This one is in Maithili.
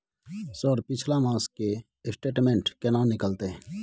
सर पिछला मास के स्टेटमेंट केना निकलते?